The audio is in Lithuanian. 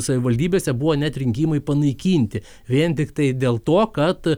savivaldybėse buvo net rinkimai panaikinti vien tik tai dėl to kad